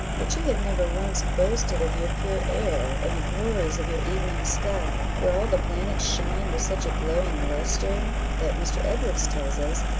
that you have never once boasted of your pure air, and the glories of your evening sky, where all the planets shine with such a glowing lustre, that, mr. edwards tells us,